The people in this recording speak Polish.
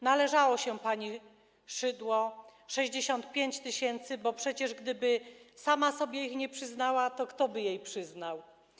Należało się pani Szydło 65 tys. zł, bo przecież gdyby sama sobie ich nie przyznała, to kto by jej przyznał?